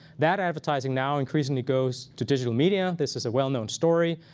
that advertising now increasingly goes to digital media. this is a well-known story.